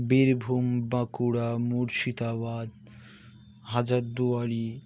Birbhum Bankura Murshidabad Hazarduari